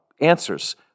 answers